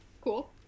Cool